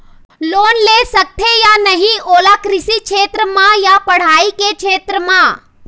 Loan ले सकथे या नहीं ओला कृषि क्षेत्र मा या पढ़ई के क्षेत्र मा?